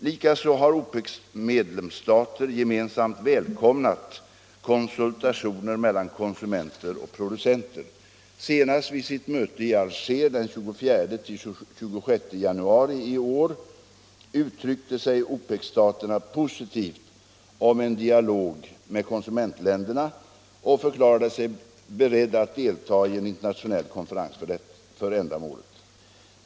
Likaså har OPEC:s medlemsstater gemensamt välkomnat konsultationer mellan konsumenter och producenter. Senast vid sitt möte i Alger den 24-26 januari i år uttryckte sig OPEC-staterna positivt om en dialog med konsumentländerna och förklarade sig beredda att delta i en internationell konferens för ändamålet.